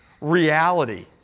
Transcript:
reality